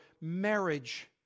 marriage